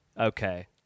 okay